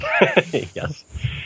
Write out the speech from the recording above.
Yes